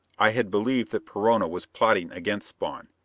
i had believed that perona was plotting against spawn,